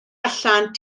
allan